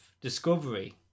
Discovery